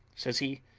says he,